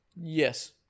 Yes